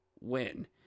win